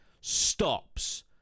stops